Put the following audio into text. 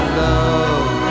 love